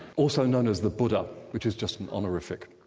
also known as the buddha, which is just an honorific.